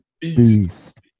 Beast